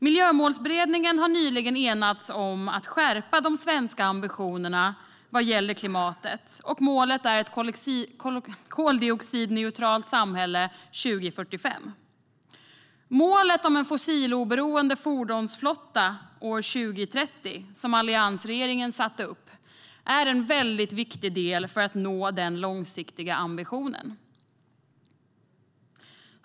Miljömålsberedningen har nyligen enats om att skärpa de svenska ambitionerna vad gäller klimatet, och målet är ett koldioxidneutralt samhälle 2045. Målet om en fossiloberoende fordonsflotta år 2030, som alliansregeringen satte upp, är en viktig del för att nå denna långsiktiga ambition.